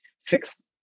fix